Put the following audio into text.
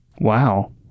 Wow